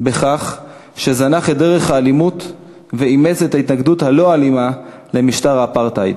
בכך שזנח את דרך האלימות ואימץ את ההתנגדות הלא-אלימה למשטר האפרטהייד.